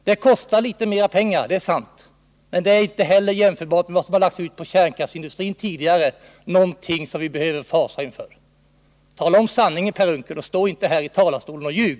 Det kostar litet mera pengar, det är sant, men det är inte jämförbart med vad som tidigare lagts ut på kärnkraftsindustrin, och det är ingenting vi behöver fasa för. Tala om sanningen, Per Unckel! Stå inte här i talarstolen och ljug!